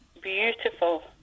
beautiful